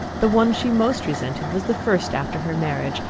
the one she most resented was the first after her marriage,